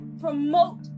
promote